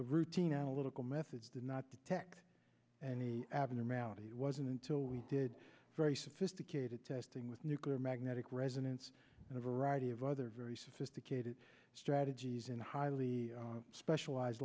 routine a little methods did not detect any abnormality it wasn't until we did very sophisticated testing with nuclear magnetic resonance and a variety of other very sophisticated strategies in highly specialize